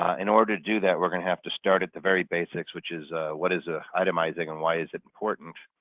in order to do that, we're going to have to start at the very basics, which is what is ah itemizing and why is it important?